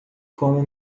como